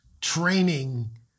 training